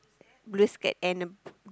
biscuit and a